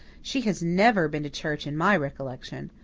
she has never been to church in my recollection.